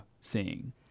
seeing